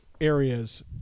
areas